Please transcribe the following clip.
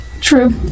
True